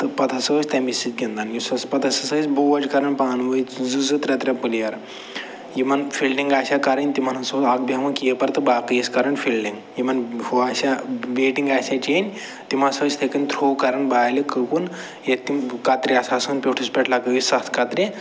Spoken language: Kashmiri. تہٕ پتہٕ ہَسا ٲسۍ تَمی سۭتۍ گِنٛدان یُس اَسہِ پتہٕ ہَسا ٲسۍ أسۍ بوج کَران پانہٕ ؤنۍ زٕ زٕ ترٛےٚ ترٛےٚ پٕلیَر یِمن فیٖلڈِنٛگ آسہِ ہا کَرٕنۍ تِمن ہَسا اوس اکھ بیٚہوان کیٖپَر تہٕ باقٕے ٲسۍ کَران فیٖلڈِنٛگ یِمن ہُہ آسہِ ہا بیٹِنٛگ آسہِ ہا چیٚنۍ تِم ہَسا ٲسۍ یِتھَے کٔنۍ تھرٛوٚ کَران بالہِ کۭکُن ییٚتہِ تِم کترِ آسہٕ آسان پیوٚٹھُس پٮ۪ٹھ لگٲیِتھ سَتھ کترِ